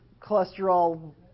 cholesterol